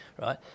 right